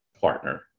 partner